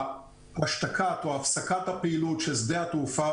השתקת או הפסקת הפעילות של שדה התעופה